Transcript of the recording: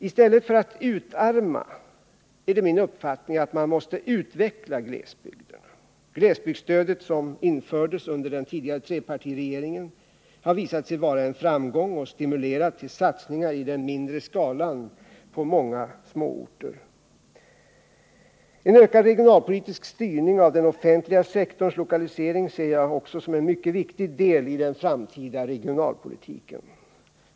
I stället för att utarma bör man enligt min uppfattning utveckla glesbygderna. Glesbygdsstödet, som infördes under den tidigare trepartiregeringen, har visat sig vara en framgång och stimulerat till satsningar i den mindre skalan på många småorter. En ökad regionalpolitisk styrning av den offentliga sektorns lokalisering ser jag också som en mycket viktig del i den framtida regionalpolitiken.